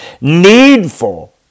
needful